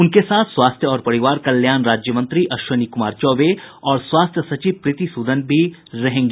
उनके साथ स्वास्थ्य और परिवार कल्याण राज्य मंत्री अश्विनी कुमार चौबे और स्वास्थ्य सचिव प्रीति सूदन भी रहेंगी